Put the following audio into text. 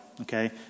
okay